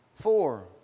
four